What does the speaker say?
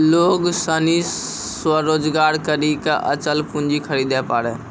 लोग सनी स्वरोजगार करी के अचल पूंजी खरीदे पारै